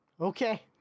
okay